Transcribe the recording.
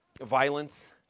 violence